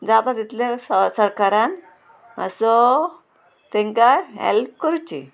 जाता तितलें स सरकारान मातसो तेंकां हेल्प करची